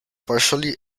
partially